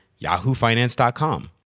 yahoofinance.com